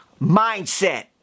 Mindset